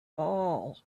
all